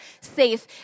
safe